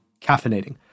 caffeinating